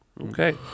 Okay